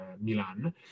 Milan